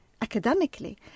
academically